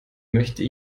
möchte